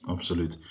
Absoluut